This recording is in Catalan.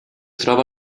troba